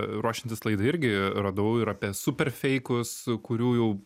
ruošiantis laidai irgi radau ir apie super feikus kurių jau